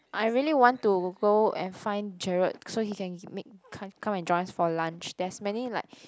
I really want to go and find Gerard so he can make come come and join us for lunch there's many like